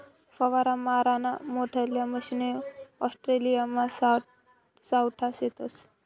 फवारा माराना मोठल्ला मशने ऑस्ट्रेलियामा सावठा शेतस